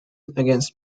against